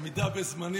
עמידה בזמנים.